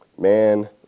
Man